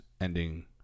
ending